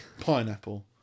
Pineapple